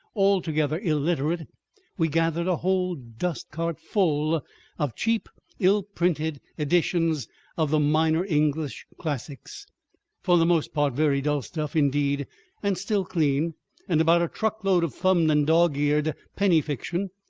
altogether illiterate we gathered a whole dust-cart full of cheap ill-printed editions of the minor english classics for the most part very dull stuff indeed and still clean and about a truckload of thumbed and dog-eared penny fiction,